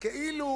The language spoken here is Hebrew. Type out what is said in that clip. כאילו